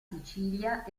sicilia